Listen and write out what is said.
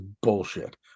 bullshit